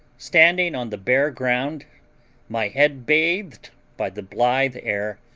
standing on the bare ground my head bathed by the blithe air,